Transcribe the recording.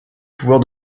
pouvoir